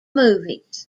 movies